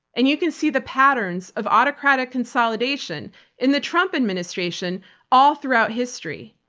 and you can see the patterns of autocratic consolidation in the trump administration all throughout history.